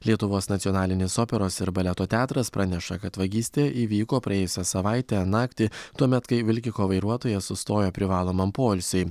lietuvos nacionalinis operos ir baleto teatras praneša kad vagystė įvyko praėjusią savaitę naktį tuomet kai vilkiko vairuotojas sustojo privalomam poilsiui